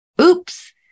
oops